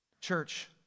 Church